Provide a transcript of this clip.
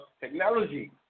Technology